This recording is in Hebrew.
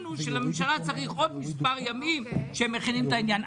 הבנו שלממשלה צריך עוד מספר ימים כשהם מכינים את העניין.